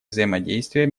взаимодействие